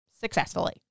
successfully